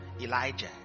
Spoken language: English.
Elijah